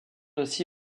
aussi